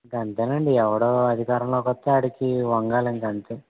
అంతేనండి ఎవడూ అధికారంలోకి వత్తే ఆడికి వంగాలండి అంతే